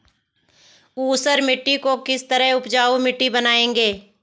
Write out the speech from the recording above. ऊसर मिट्टी को किस तरह उपजाऊ मिट्टी बनाएंगे?